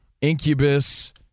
Incubus